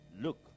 look